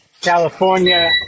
California